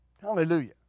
Hallelujah